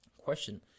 Question